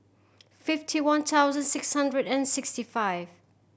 fifty one thousand six hundred and sixty five